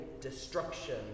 destruction